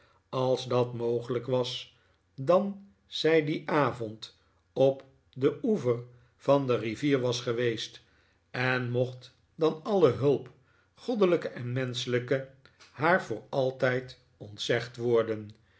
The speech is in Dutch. als dat mogelijk was dan zij dien avond op den oever van de rivier was geweest j en mocht dan alle hulp goddelijke en menschelijke haar voor altijd ontzegd worden